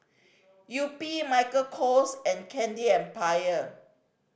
Yupi Michael Kors and Candy Empire